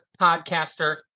podcaster